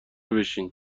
بشین